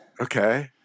Okay